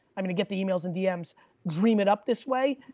i'm gonna get the emails and dms dream it up this way.